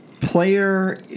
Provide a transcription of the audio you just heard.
Player